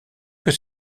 que